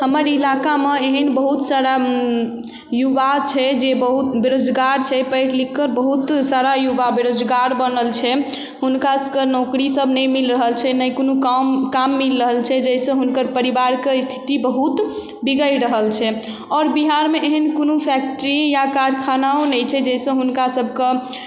हमर इलाकामे एहन बहुत सारा युवा छै जे बहुत बेरोजगार छै पढ़ि लिख कऽ बहुत सारा युवा बेरोजगार बनल छै हुनका सभकेॅं नौकरी सभ नहि मिल रहल छै नहि कोनो काम काम मिल रहल छै जाहिसँ हुनकर परिवारके स्थिति बहुत बिगैड़ रहल छै आओर बिहारमे एहन कोनो फैक्ट्री या कारखानाओ नहि छै जाहिसँ हुनका सभकेॅं